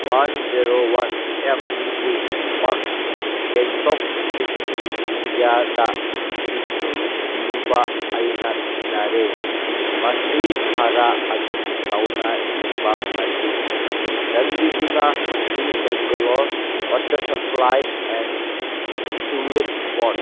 one zero one M G Marg Gangtok Sikkim ꯏꯟꯗꯤꯌꯥꯗ ꯏꯁꯤꯡ ꯌꯨꯕ ꯑꯩꯅ ꯊꯦꯡꯅꯔꯦ ꯃꯁꯤ ꯈꯔ ꯑꯗꯨꯝ ꯆꯥꯎꯅ ꯌꯨꯕ ꯃꯥꯜꯂꯤ ꯆꯥꯟꯕꯤꯗꯨꯅ ꯃꯁꯤ Bangalore water supply and sewage board